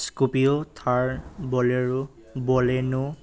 scorpio Thar bolero Baleno